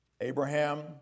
Abraham